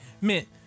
meant